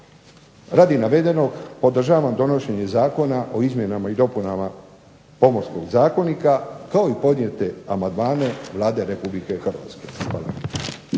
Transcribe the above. Radi navedenog podržavam donošenje Zakona o izmjenama i dopunama Pomorskog zakonika, kao i podnijete amandmane Vlade Republike Hrvatske. Hvala.